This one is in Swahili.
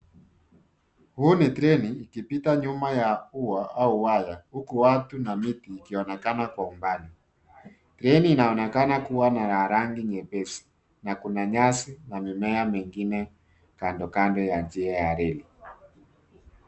Huu ni treni ikipita nyuma ya ua au waya huku watu na miti ikionekana kwa umbali. Treni inaonekana kuwa na rangi nyepesi na kuna nyasi na mimea mingine kando kando ya njia ya reli.